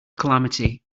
calamity